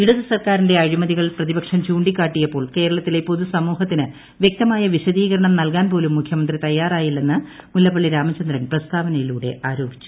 ഇടത് സർക്കാരിന്റെ അഴിമതികൾ പ്രതിപക്ഷം ചൂണ്ടിക്കാട്ടിയപ്പോൾ കേരളത്തിലെ പൊതുസമൂഹത്തിന് വൃക്തമായ വിശദീകരണം നൽകാൻ പോലും മുഖ്യമന്ത്രി തയ്യാറായില്ലെന്ന് മുല്ലപ്പള്ളി രാമചന്ദ്രൻ പ്രസ്താവനയിലൂടെ ആരോപിച്ചു